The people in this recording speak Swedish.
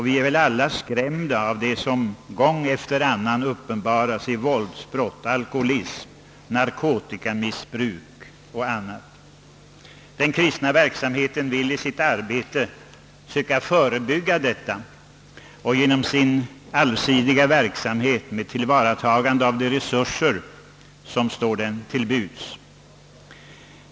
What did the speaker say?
Vi är väl alla skrämda av de många våldsbrotten, den ökande alkoholismen, det tilltagande narkotikamissbruket och allt sådant negativt i vår tid. Den allsidiga kristna verksamheten vill genom tillvaratagande av de resurser som står den till buds söka förebygga företeelser av detta slag.